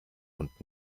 und